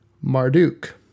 Marduk